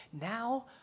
Now